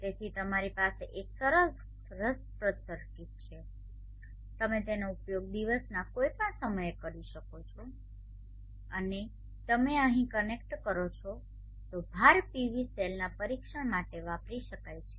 તેથી આ તમારી પાસે એક સરસ રસપ્રદ સર્કિટ છે તમે તેનો ઉપયોગ દિવસના કોઈપણ સમયે કરી શકો છો અને તમે અહીં કનેક્ટ કરો છો તે ભાર પીવી સેલના પરીક્ષણ માટે વાપરી શકાય છે